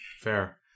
Fair